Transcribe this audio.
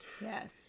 Yes